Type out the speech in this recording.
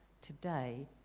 today